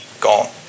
gone